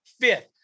fifth